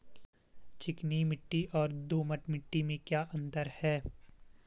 चिकनी मिट्टी और दोमट मिट्टी में क्या अंतर है?